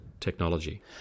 technology